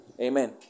Amen